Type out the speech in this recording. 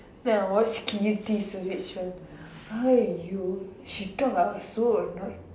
then I watched Keerthi Suresh one !aiyo! she talk ah I was so annoyed